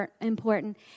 important